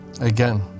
Again